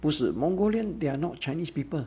不是 mongolian they're not chinese people